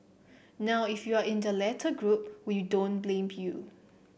now if you're in the latter group we don't blame you